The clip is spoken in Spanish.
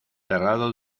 cerrado